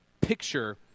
picture